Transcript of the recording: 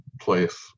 place